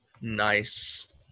Nice